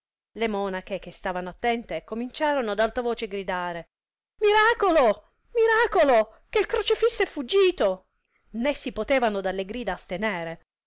le monache che stavano attente cominciarono ad alta voce gridare miracolo miracolo che crocefisso è fuggito né si potevano dalle grida astenere